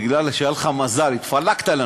מפני שהיה לך מזל, התפלקת לנו.